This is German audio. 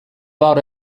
war